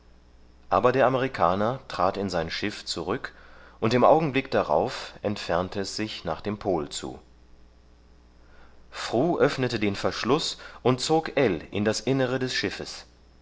aber der amerikaner trat in sein schiff zurück und im augenblick darauf entfernte es sich nach dem pol zu fru öffnete den verschluß und zog ell in das innere des schiffes